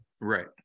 Right